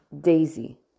Daisy